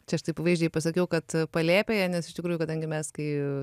čia aš taip vaizdžiai pasakiau kad palėpėje nes iš tikrųjų kadangi mes kai